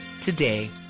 today